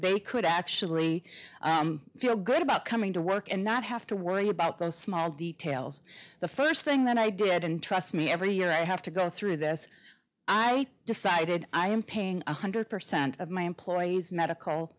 they could actually feel good about coming to work and not have to worry about those small details the first thing that i did and trust me every year i have to go through this i decided i am paying one hundred percent of my employees medical